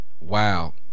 Wow